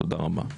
תודה רבה.